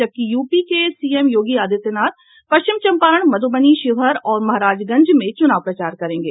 जबकि यूपी के सीएम योगी आदित्यनाथ पश्चिम चंपारण मध्रबनी शिवहर और महाराजगंज में चुनाव प्रचार करेंगे